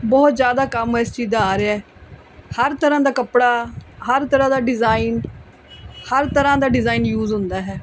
ਬਹੁਤ ਜ਼ਿਆਦਾ ਕੰਮ ਇਸ ਚੀਜ਼ ਦਾ ਆ ਰਿਹਾ ਹਰ ਤਰ੍ਹਾਂ ਦਾ ਕੱਪੜਾ ਹਰ ਤਰ੍ਹਾਂ ਦਾ ਡਿਜ਼ਾਈਨ ਹਰ ਤਰ੍ਹਾਂ ਦਾ ਡਿਜ਼ਾਇਨ ਯੂਜ ਹੁੰਦਾ ਹੈ